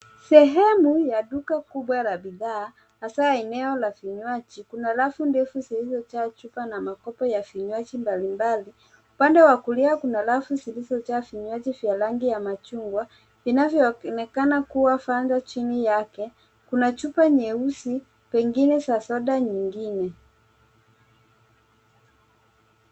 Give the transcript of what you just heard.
Sehemu ya duka kubwa la bidhaa, hasaa eneo la vinywaji kuna rafu ndefu zilizojaa chupa na makopo ya vinywaji mbalimbali. Upande wa kulia kuna rafu zilizojaa vinywaji vya rangi ya machungwa inavyoonekana kuwa fanta chini yake. Kuna chupa nyeusi pengine za soda nyingine.